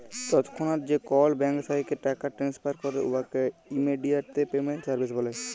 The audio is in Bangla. তৎক্ষণাৎ যে কল ব্যাংক থ্যাইকে টাকা টেনেসফার ক্যরে উয়াকে ইমেডিয়াতে পেমেল্ট সার্ভিস ব্যলে